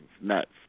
nuts